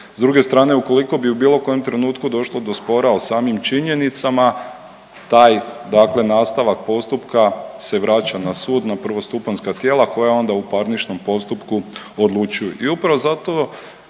S druge strane ukoliko bi u bilo kojem trenutku došlo do spora o samim činjenicama taj dakle nastavak postupka se dakle vraća na sud na prvostupanjska tijela koja onda u parničnom postupku odlučuju.